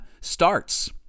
starts